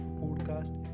podcast